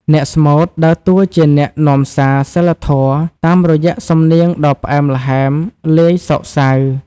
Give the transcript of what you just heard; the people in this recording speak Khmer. អ្នកស្មូតដើរតួជាអ្នកនាំសារសីលធម៌ តាមរយៈសំនៀងដ៏ផ្អែមល្ហែមលាយសោកសៅ។